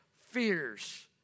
fears